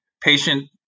patient